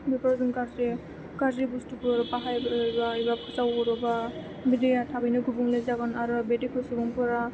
जों गाज्रि बुसथुफोर बाहायोबा एबा फोजावहरोबा बे दैआ थाबैनो गुबुंले जागोन आरो बे दैखौ सुबुंफोरा